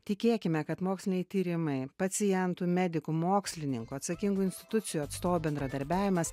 tikėkime kad moksliniai tyrimai pacientų medikų mokslininkų atsakingų institucijų atstovų bendradarbiavimas